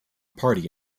party